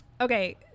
Okay